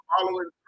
following